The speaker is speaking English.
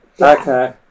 okay